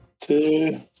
Two